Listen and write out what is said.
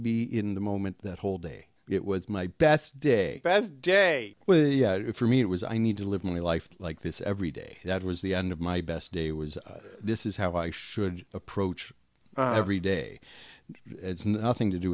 be in the moment that whole day it was my best day as day for me it was i need to live my life like this every day that was the end of my best day was this is how i should approach every day it's nothing to do